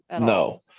no